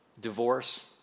divorce